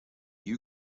you